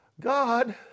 God